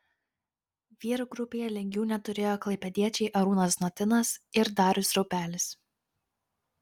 vyrų grupėje lygių neturėjo klaipėdiečiai arūnas znotinas ir darius raupelis